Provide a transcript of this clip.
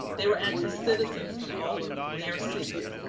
they were actually citizens from all of their cities.